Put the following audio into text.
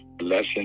Lesson